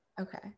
Okay